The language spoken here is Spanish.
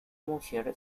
mujer